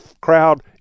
crowd